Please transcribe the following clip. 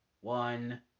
one